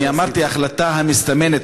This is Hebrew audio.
אני אמרתי "ההחלטה המסתמנת",